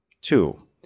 Two